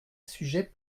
sujet